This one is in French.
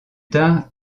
tard